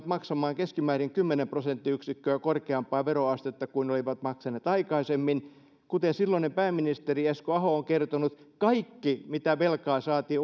maksamaan keskimäärin kymmenen prosenttiyksikköä korkeampaa veroastetta kuin olivat maksaneet aikaisemmin kuten silloinen pääministeri esko aho on kertonut kaikki velka mitä saatiin